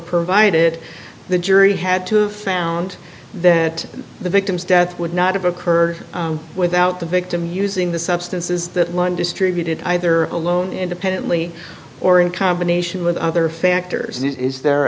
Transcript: provided the jury had to have found that the victim's death would not have occurred without the victim using the substances that one distributed either alone independently or in combination with other factors is the